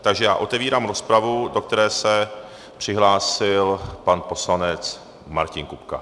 Takže já otevírám rozpravu, do které se přihlásil pan poslanec Martin Kupka.